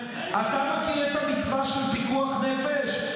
--- אתה מכיר את המצווה של פיקוח נפש?